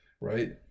right